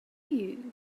you